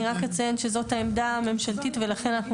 אני רק אציין שזאת העמדה הממשלתית ולכן אנחנו